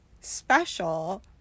special